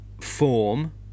form